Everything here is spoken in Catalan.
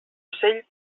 ocell